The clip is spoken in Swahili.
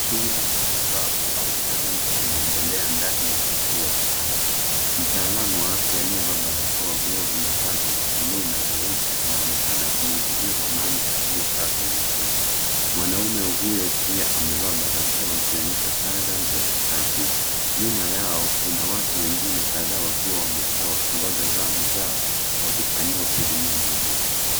Shughuli ya matibabu au chanjo inaendelea ndani ya kituo cha afya. Mtaalam wa afya aliyevaa barakoa, glovu na vazi la bluu na nyeupe anaonekana akimhudumia mwanaume aliyekaa kwenye kiti. Mwanaume huyo pia amevaa barakoa akionyesha tahadhari za kiafya. Nyuma yao kuna watu wengine kadhaa wakiwa wamekaa wakingoja zamu zao wakifanyiwa huduma nyingine.